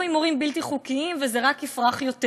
הימורים בלתי חוקיים וזה רק יפרח יותר.